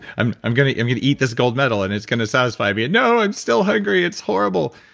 i'm i'm gonna eat eat this gold medal and it's gonna satisfy me and no, i'm still hungry, it's horrible.